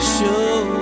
Show